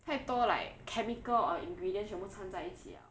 太多 like chemical or ingredient 全部参在一起 liao